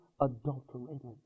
adulterated